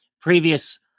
previous